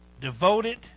devoted